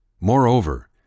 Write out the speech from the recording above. Moreover